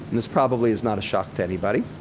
and this probably is not a shock to anybody.